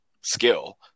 skill